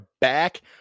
back